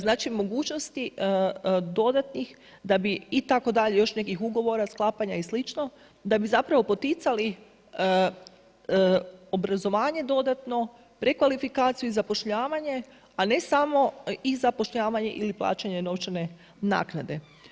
Znači mogućnosti dodatnih itd. još nekih ugovora sklapanja i slično, da bi zapravo poticali, obrazovanje dodatno prekvalifikaciju i zapošljavanje, a ne samo i zapošljavanje ili plaćanje novčane naknade.